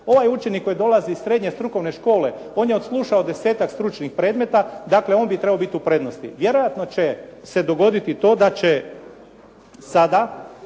Ovaj učenik koji dolazi iz srednje strukovne škole, on je odslušao desetak stručnih predmeta, dakle on bi trebao biti u prednosti. Vjerojatno će se dogoditi to da će sada